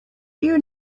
you